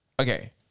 Okay